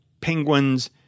penguins